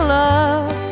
love